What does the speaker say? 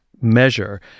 measure